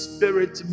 Spirit